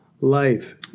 life